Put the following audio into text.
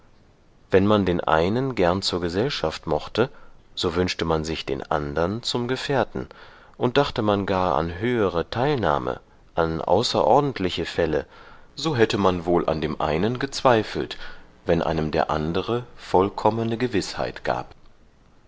wenn man den einen gern zur gesellschaft mochte so wünschte man sich den andern zum gefährten und dachte man gar an höhere teilnahme an außerordentliche fälle so hätte man wohl an dem einen gezweifelt wenn einem der andere vollkommene gewißheit gab